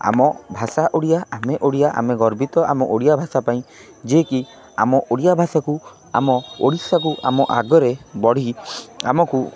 ଆମ ଭାଷା ଓଡ଼ିଆ ଆମେ ଓଡ଼ିଆ ଆମେ ଗର୍ବିତ ଆମ ଓଡ଼ିଆ ଭାଷା ପାଇଁ ଯିଏକି ଆମ ଓଡ଼ିଆ ଭାଷାକୁ ଆମ ଓଡ଼ିଶାକୁ ଆମ ଆଗରେ ବଢ଼ି ଆମକୁ